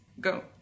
Go